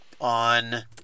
On